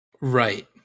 right